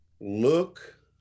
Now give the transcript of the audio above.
Look